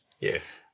Yes